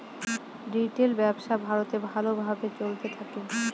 retail ব্যবসা ভারতে ভালো ভাবে চলতে থাকে